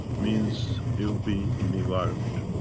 means it will be in environment.